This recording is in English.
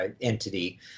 entity